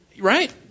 right